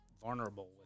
vulnerable